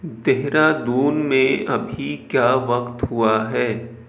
دہرادون میں ابھی کیا وقت ہوا ہے